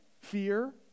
fear